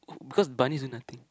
because bunnies do nothing